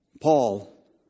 Paul